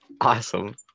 Awesome